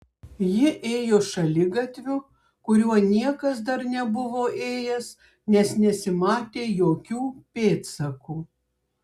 ji ėjo šaligatviu kuriuo niekas dar nebuvo ėjęs nes nesimatė jokių pėdsakų